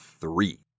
three